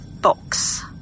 box